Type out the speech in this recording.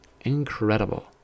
Incredible